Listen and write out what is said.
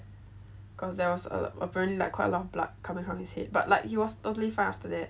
cause there was err apparently like quite a lot of blood coming from his head but like he was totally fine after that